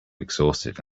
exhausted